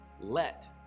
Let